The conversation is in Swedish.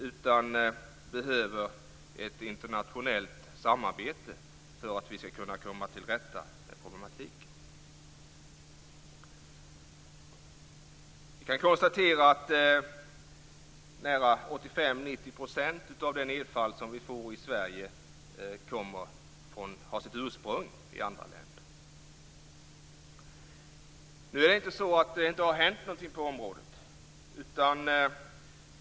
Därför behövs det ett internationellt samarbete för att vi skall kunna komma till rätta med denna problematik. Närmare 85-90 % av nedfallet över Sverige har sitt ursprung i andra länder. Det är inte så att ingenting hänt på området.